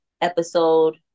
episode